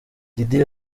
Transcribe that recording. diddy